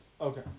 Okay